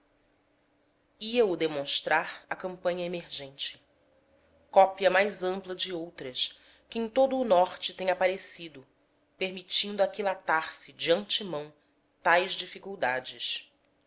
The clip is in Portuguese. duvidosa ia o demonstrar a campanha emergente cópia mais ampla de outras que em todo o norte têm aparecido permitindo aquilatar se de antemão tais dificuldades